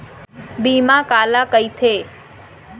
बीमा काला कइथे?